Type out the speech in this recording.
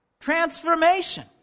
transformation